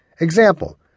Example